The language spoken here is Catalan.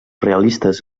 realistes